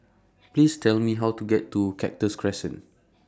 Please Tell Me How to get to Cactus Crescent